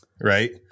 right